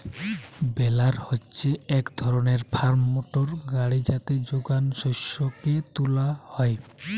বেলার হচ্ছে এক ধরণের ফার্ম মোটর গাড়ি যাতে যোগান শস্যকে তুলা হয়